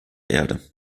erde